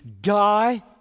die